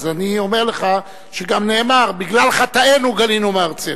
אז אני אומר לך שגם נאמר "בגלל חטאינו גלינו מארצנו".